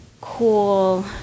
cool